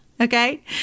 Okay